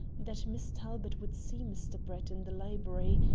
that miss talbot would see mr. brett in the library,